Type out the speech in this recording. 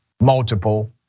multiple